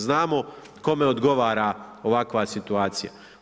Znamo kome odgovara ovakva situacija.